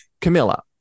Camilla